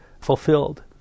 fulfilled